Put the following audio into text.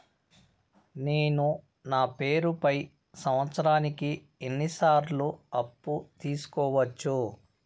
నేను నా పేరుపై సంవత్సరానికి ఎన్ని సార్లు అప్పు తీసుకోవచ్చు?